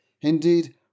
Indeed